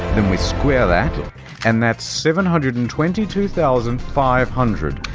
then we square that and that's seven hundred and twenty two thousand five hundred.